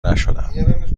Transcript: نشدم